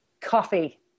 Coffee